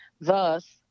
Thus